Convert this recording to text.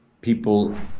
people